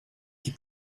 qui